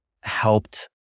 helped